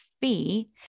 fee